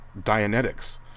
Dianetics